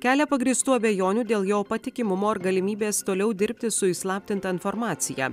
kelia pagrįstų abejonių dėl jo patikimumo ar galimybės toliau dirbti su įslaptinta informacija